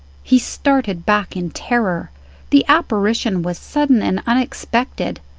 he started back in terror the apparition was sudden and unex pected,